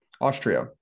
Austria